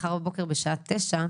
מחר בבוקר בשעה 09:00,